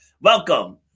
Welcome